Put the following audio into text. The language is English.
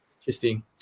interesting